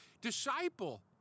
disciple